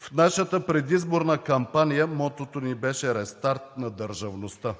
В нашата предизборна кампания мотото ни беше: „Рестарт на държавността“.